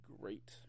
great